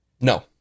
No